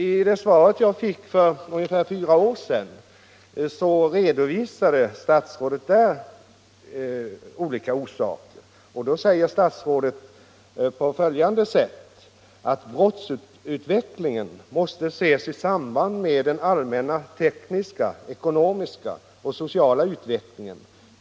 I det svar som jag fick för ungefär fyra år sedan redovisade statsrådet olika orsaker och sade då bl.a. följande: ”Brottsutvecklingen måste ses i samband med den allmänna tekniska, ekonomiska och sociala utvecklingen.